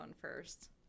first